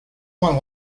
might